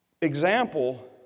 example